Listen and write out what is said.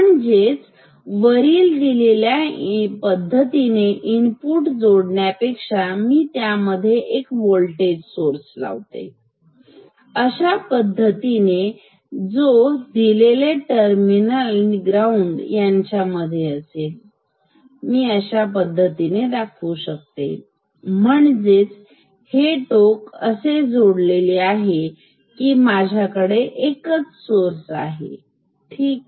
म्हणजेच वरील दिलेल्या पद्धतीने इनपुट जोडण्या पेक्षा मी त्यामध्ये एक वोल्टेज सोर्स लावणार अशा पद्धतीने जो दिलेले टर्मिनल आणि ग्राउंड यांच्यामध्ये असेल मी अशा पद्धतीने दाखवू शकते म्हणजेच हे टोक असे जोडलेले आहे की माझ्याकडे एकच सोर्स आहे ठीक